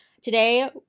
Today